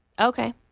okay